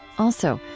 also,